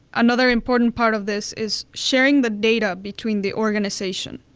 another important part of this is sharing the data between the organization,